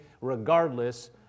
regardless